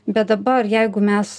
bet dabar jeigu mes